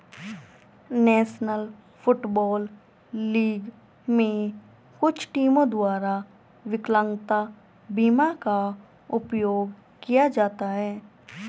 national Football League में कुछ टीमों द्वारा विकलांगता बीमा का उपयोग किया जाता है